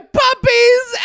puppies